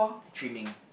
trimming